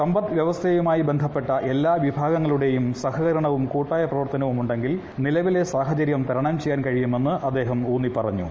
സമ്പദ് വ്യവസ്ഥയുമായി ബന്ധപ്പെട്ട എല്ലാ വിഭാഗത്തിന്റെയും സഹകരണവും കൂട്ടായ പ്രവർത്തനവും ഉണ്ടെങ്കിൽ നിലവിലെ സാഹചര്യം തരണം ചെയ്യാൻ കഴിയുമെന്ന് അദ്ദേഹം ഉൌന്നിപ്പറഞ്ഞു